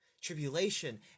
tribulation